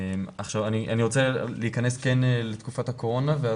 אני רוצה להכנס כן לתקופת הקורונה.